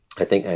i think,